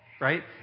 Right